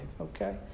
okay